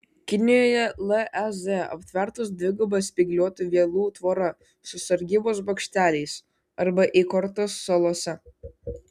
kinijoje lez aptvertos dviguba spygliuotų vielų tvora su sargybos bokšteliais arba įkurtos salose